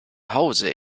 hause